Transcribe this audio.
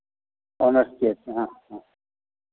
honours किए थे हाँ हाँ